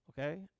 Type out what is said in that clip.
okay